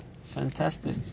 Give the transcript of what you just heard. fantastic